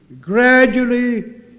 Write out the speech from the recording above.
gradually